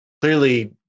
clearly